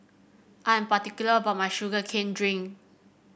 I am particular about my Sugar Cane Juice